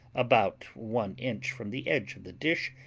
about one inch from the edge of the dish,